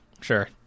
sure